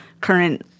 current